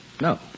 No